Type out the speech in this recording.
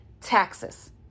taxes